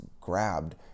grabbed